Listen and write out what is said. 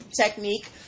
technique